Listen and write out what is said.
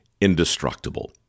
indestructible